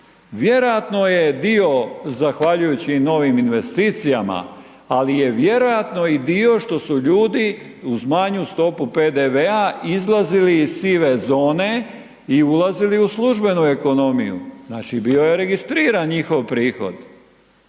vjerojatno je dio zahvaljujući i novim investicijama, ali je vjerojatno i dio što su ljudi uz manju stopu PDV-a izlazili iz sive zone i ulazili u službenu ekonomiju, znači bio je registriran njihov prihod,